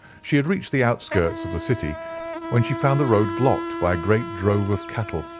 she had reached the outskirts of the city when she found the road blocked by a great drove of cattle,